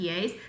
PAs